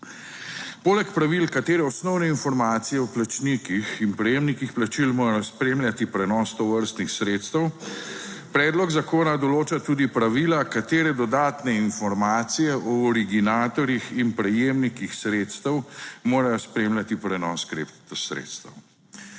Poleg pravil, katere osnovne informacije o plačnikih in prejemnikih plačil morajo spremljati prenos tovrstnih sredstev, predlog zakona določa tudi pravila, katere dodatne informacije o originatorjih in prejemnikih sredstev morajo spremljati prenos kripto sredstev.